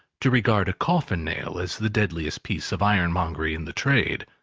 to regard a coffin-nail as the deadest piece of ironmongery in the trade.